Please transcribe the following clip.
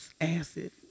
acid